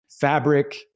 fabric